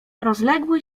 rozległy